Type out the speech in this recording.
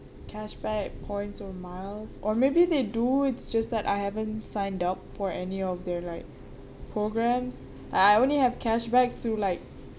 cashback points or miles or maybe they do it's just that I haven't signed up for any of their like programs I only have cashback through like